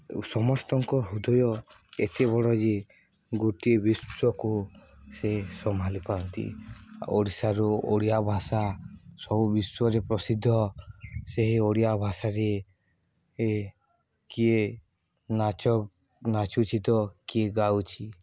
ସମସ୍ତଙ୍କ ହୃଦୟ ଏତେ ବଡ଼ ଯେ ଗୋଟିଏ ବିଶ୍ୱକୁ ସେ ସମ୍ଭାଳି ପାରନ୍ତି ଓଡ଼ିଶାରୁ ଓଡ଼ିଆ ଭାଷା ସବୁ ବିଶ୍ୱରେ ପ୍ରସିଦ୍ଧ ସେହି ଓଡ଼ିଆ ଭାଷାରେ କିଏ ନାଚ ନାଚୁଛି ତ କିଏ ଗାଉଛିି